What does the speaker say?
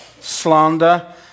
slander